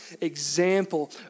example